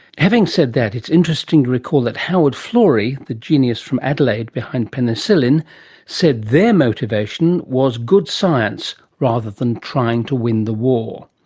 having said that it's interesting to recall that howard florey, the genius from adelaide behind penicillin said their motivation was good science rather than trying to win the war.